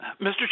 Mr